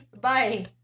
Bye